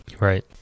right